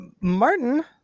Martin